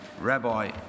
Rabbi